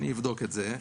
אני אבדוק את זה.